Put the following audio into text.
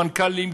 מנכ"לים,